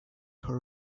her